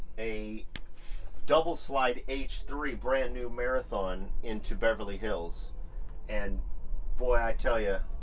a double slide h three brand new marathon into beverly hills and boy i tell you.